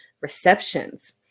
Receptions